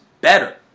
better